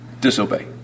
Disobey